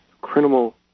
Criminal